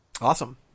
awesome